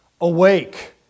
Awake